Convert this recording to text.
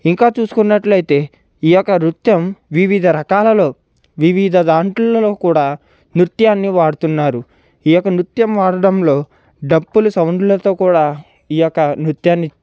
ఇంకా చూసుకున్నట్లయితే ఈ యొక్క నృత్యం వివిధ రకాలలో వివిధ దాంట్లలో కూడా నృత్యాన్ని వాడుతున్నారు ఈ యొక్క నృత్యం వాడడంలో డప్పుల సౌండ్లలతో కూడా ఈ యొక్క నృత్యాన్ని